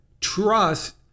trust